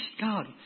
God